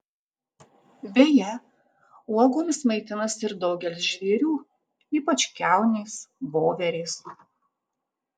beje uogomis maitinasi ir daugelis žvėrių ypač kiaunės voverės